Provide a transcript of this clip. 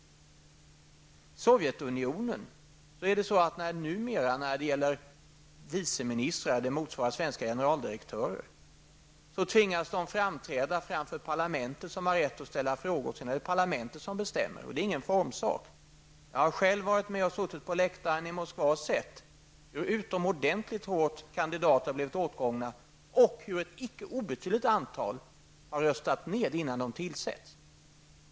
I Sovjetunionen är det numera så när det gäller viceministrar, det motsvarar svenska generaldirektörer, att de tvingas framträda framför parlamentet som har rätt att ställa frågor. Sedan är det parlamentet som bestämmer, och det är ingen formsak. Jag har själv varit med och suttit på läktaren i Moskva och sett hur utomordentligt hårt kandidaterna har blivit åtgångna, och hur ett icke obetydligt antal har röstats ned innan tillsättningen.